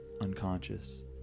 unconscious